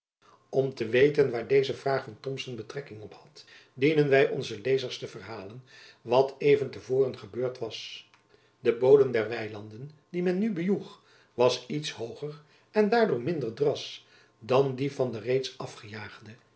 om te weten waar deze vraag van thomson betrekking op had dienen wy onzen lezers te verhalen wat even te voren gebeurd was de bodem der weilanden die men nu bejoeg was iets hooger en daardoor minder dras dan die van de reeds afgejaagde